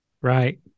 Right